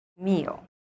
meal